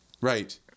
Right